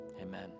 amen